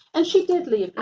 and she did live